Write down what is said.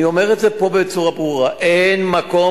אני אומר את זה פה בצורה ברורה: אין מקום